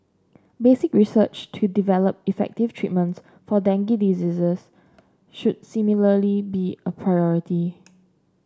basic research to develop effective treatments for dengue diseases should similarly be a priority